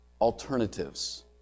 alternatives